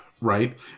right